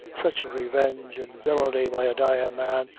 sich revenge and villany, by a dyin' man,